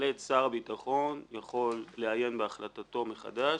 שבהחלט שר הביטחון יכול לעיין בהחלטתו מחדש,